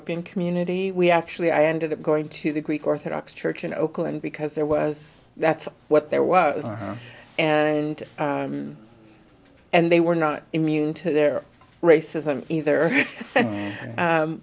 ethiopian community we actually i ended up going to the greek orthodox church in oakland because there was that's what there was and and they were not immune to their racism either